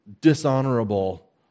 dishonorable